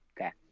Okay